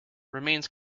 remains